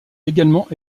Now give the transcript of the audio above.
également